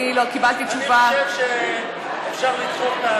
אני חושב שאפשר לדחות,